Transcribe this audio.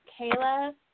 Kayla